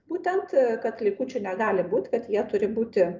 būtent kad likučių negali būt kad jie turi būti